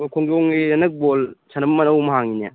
ꯍꯣ ꯈꯣꯡꯖꯣꯝꯒꯤ ꯍꯟꯗꯛ ꯕꯣꯜ ꯁꯥꯟꯅꯕꯝ ꯑꯃ ꯑꯅꯧꯕ ꯑꯃ ꯍꯥꯡꯉꯤꯅꯦ